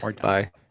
bye